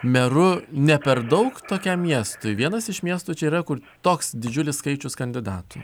meru ne per daug tokiam miestui vienas iš miestų čia yra kur toks didžiulis skaičius kandidatų